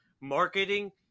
marketing